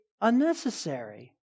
unnecessary